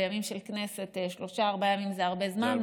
אז כנראה שבימים של כנסת שלושה-ארבעה ימים זה הרבה זמן.